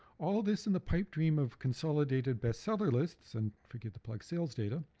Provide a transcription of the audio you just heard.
all this in the pipe dream of consolidated bestseller lists and, forgive the plug, salesdata,